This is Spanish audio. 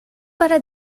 para